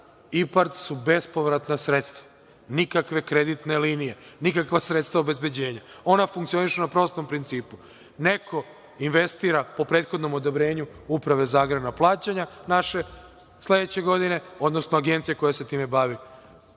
IPARD su bespovratna sredstva, nikakve kreditne linije, nikakva sredstva obezbeđenja. Ona funkcionišu na prostom principu. Neko investira po prethodnom odobrenju Uprave za agrarno plaćanja, sledeće godine, odnosno agencije koje se time bave